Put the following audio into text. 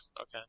Okay